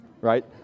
right